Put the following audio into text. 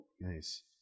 nice